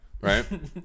Right